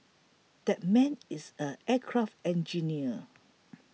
that man is an aircraft engineer